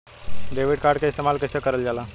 Debit card के इस्तेमाल कइसे करल जाला?